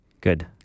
Good